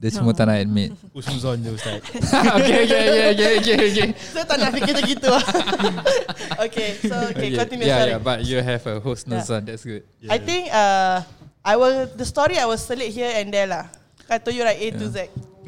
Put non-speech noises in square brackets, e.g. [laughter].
Dia semua No. tak nak admit. [laughs] Husnuzon je, Ustaz. [laughs] [laughs] Okay, okay, okay, okay, okay, okay. So, tak nak fikir macam gitu. [laughs] [laughs] Okay, so, okay, Okay, continue, yeah, sorry. yeah, but you have a husnuzon, Yeah. that's good. Yeah. I think, uh, I will- the story I will select here and there lah. I told you, right, A to Yeah. Z.